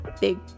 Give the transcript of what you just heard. big